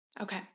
Okay